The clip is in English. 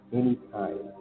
anytime